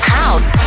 house